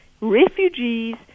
refugees